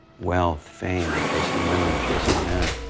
wealth, fame, chasing women, chasing men,